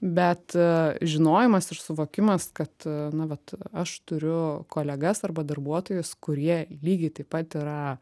bet žinojimas ir suvokimas kad na vat aš turiu kolegas arba darbuotojus kurie lygiai taip pat yra